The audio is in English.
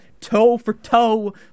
toe-for-toe